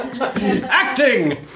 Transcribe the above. Acting